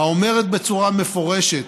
האומרת בצורה מפורשת: